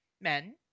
men